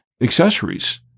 accessories